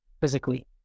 physically